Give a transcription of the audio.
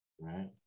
Right